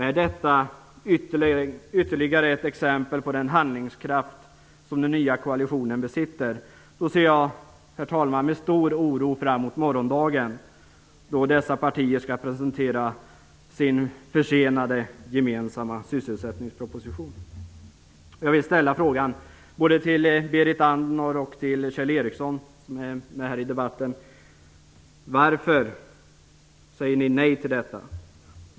Är detta ytterligare ett exempel på den handlingskraft som den nya koalitionen besitter så ser jag, herr talman, med stor oro fram mot morgondagen, då dessa partier skall presentera sin försenade gemensamma sysselsättningsproposition. Jag vill både till Berit Andnor och Kjell Ericsson ställa frågan: Varför säger ni nej till detta?